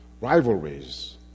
rivalries